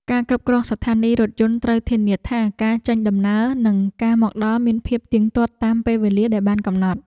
អ្នកគ្រប់គ្រងស្ថានីយរថយន្តត្រូវធានាថា ការចេញដំណើរនិងការមកដល់មានភាពទៀងទាត់តាមពេលវេលាដែលបានកំណត់។